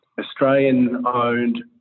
Australian-owned